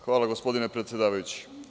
Hvala, gospodine predsedavajući.